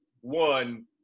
one